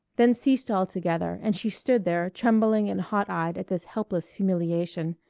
then ceased altogether, and she stood there trembling and hot-eyed at this helpless humiliation,